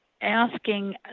asking